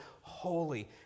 holy